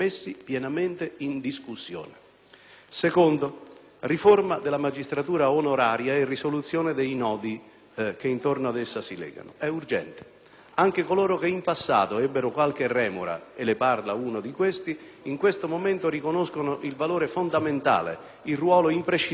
luogo, la riforma della magistratura onoraria e la risoluzione dei nodi che intorno ad essa si legano è urgente. Anche coloro che in passato ebbero qualche remora - e le parla uno di questi - in questo momento riconoscono il valore fondamentale, il ruolo imprescindibile della magistratura onoraria